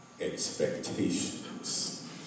expectations